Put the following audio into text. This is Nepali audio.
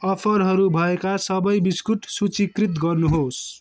अफरहरू भएका सबै बिस्कुट सूचीकृत गर्नुहोस्